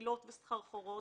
בחילות וסחרחורות.